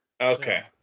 Okay